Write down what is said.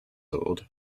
old